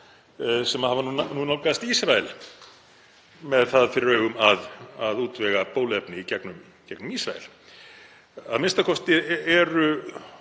sem hafa núna nálgast Ísrael með það fyrir augum að útvega bóluefni í gegnum Ísrael. Að minnsta kosti eru